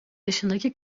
yaşındaki